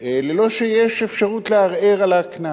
ללא אפשרות לערער עליהם.